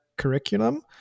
curriculum